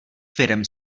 firem